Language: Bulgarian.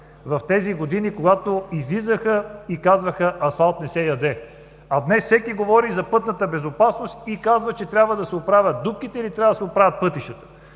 в тези години, които излизаха и казваха, че асфалт не се яде, а днес всеки говори за пътната безопасност и казва, че трябва да се оправят дупките или трябва да се оправят пътищата.